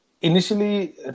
initially